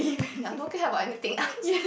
ya don't care about anything else